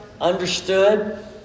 understood